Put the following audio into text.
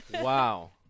Wow